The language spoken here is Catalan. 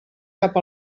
cap